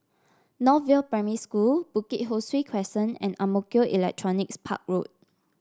North View Primary School Bukit Ho Swee Crescent and Ang Mo Kio Electronics Park Road